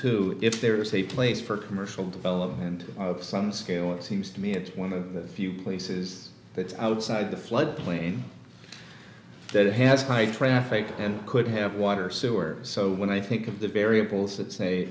to if there is a place for commercial development of some scale it seems to me it's one of the few places outside the floodplain that has high traffic and could have water sewer so when i think of the variables that say